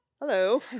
Hello